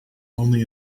only